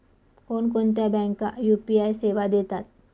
कोणकोणत्या बँका यू.पी.आय सेवा देतात?